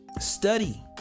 study